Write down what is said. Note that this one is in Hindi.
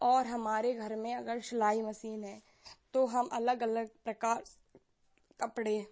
और हमारे घर में अगर सिलाई मशीन है तो हम अलग अलग प्रकार के कपड़े